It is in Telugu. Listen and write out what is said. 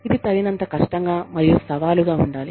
ఇది తగినంత కష్టం గా మరియు సవాలుగా ఉండాలి